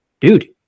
dude